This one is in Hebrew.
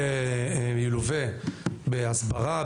נלווה בהסברה,